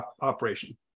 operation